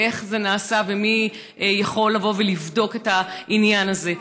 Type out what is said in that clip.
איך זה נעשה ומי יכול לבוא ולבדוק את העניין הזה.